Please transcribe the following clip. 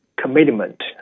commitment